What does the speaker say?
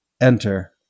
enter